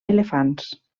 elefants